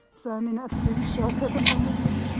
so i'm in absolute shock ah at the moment.